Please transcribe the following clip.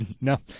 no